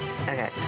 Okay